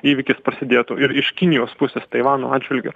įvykis prasidėtų ir iš kinijos pusės taivano atžvilgiu